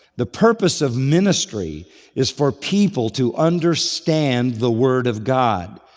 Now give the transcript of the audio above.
the purpose of ministry is for people to understand the word of god.